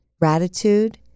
gratitude